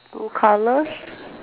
two colours